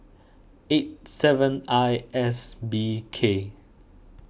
eight seven I S B K